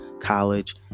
college